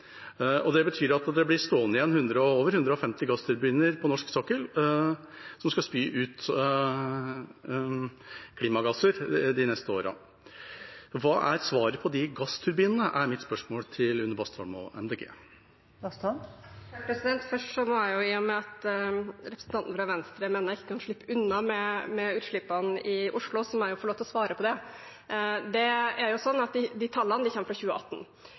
som skal spy ut klimagasser de neste årene. Hva er svaret på de gassturbinene? Det er mitt spørsmål til Une Bastholm og Miljøpartiet De Grønne. Først må jeg – i og med at representanten fra Venstre mener jeg ikke kan slippe unna med utslippene i Oslo – få lov til å svare på det. Det er sånn at de tallene kommer fra 2018.